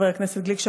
חבר הכנסת גליק,